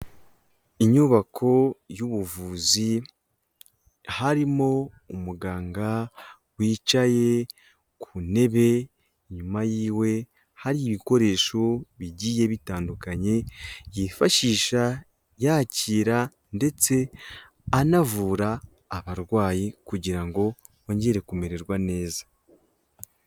Inyubako y'ubuvuzi harimo umuganga wicaye ku ntebe, inyuma yiwe hari ibikoresho bigiye bitandukanye yifashisha yakira ndetse anavura abarwayi kugira ngo bongere kumererwa neza.